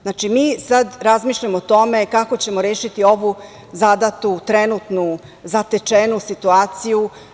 Znači, mi sada razmišljamo o tome kako ćemo rešiti ovu zadatu, trenutnu zatečenu situaciju.